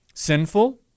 Sinful